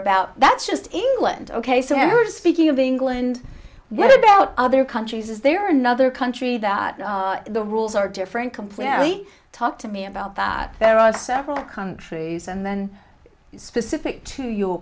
about that's just england ok so now we're speaking of england what about other countries is there another country that the rules are different completely talk to me about that there are several countries and then it's specific to your